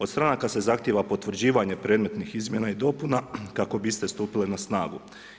Od stranaka se zahtijeva potvrđivanje predmetnih izmjena i dopuna kako bi iste stupile na snagu.